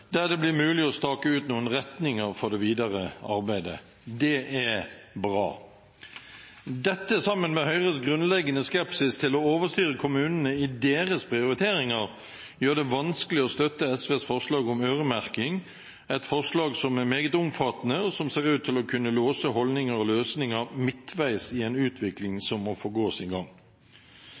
blir mulig å stake ut noen retninger for det videre arbeidet. Det er bra. Dette, sammen med Høyres grunnleggende skepsis til å overstyre kommunene i deres prioriteringer, gjør det vanskelig å støtte SVs forslag om øremerking, et forslag som er meget omfattende, og som ser ut til å kunne låse holdninger og løsninger midtveis i en utvikling som må få gå sin gang.